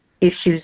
Issues